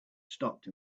stopped